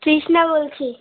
কৃষ্ণা বলছি